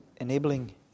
enabling